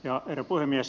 herra puhemies